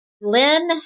Lynn